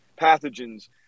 pathogens